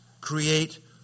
create